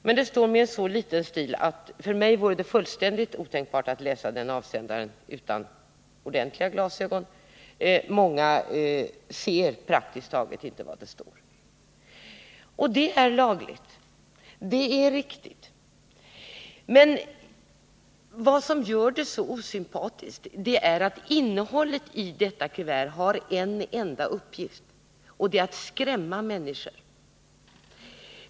Men det står med så liten stil att det för mig vore fullständigt otänkbart att utan ordentliga glasögon kunna läsa vem som är avsändaren. Många ser praktiskt taget inte vad det står. Och det är lagligt, det är riktigt. Men vad som gör det så osympatiskt är att innehållet i detta kuvert har en enda uppgift, och det är att skrämma människor.